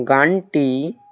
গানটি